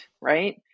right